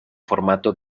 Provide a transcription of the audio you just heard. formato